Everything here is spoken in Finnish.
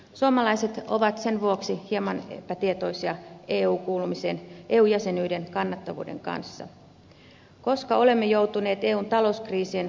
suomalaiset ovat sen vuoksi hieman epätietoisia eu jäsenyyden kannattavuuden kanssa koska olemme joutuneet eun talouskriisien siivoustalkoisiin